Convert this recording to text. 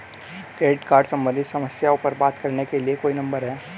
Credit card सम्बंधित समस्याओं पर बात करने के लिए कोई नंबर है?